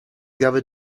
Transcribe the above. gather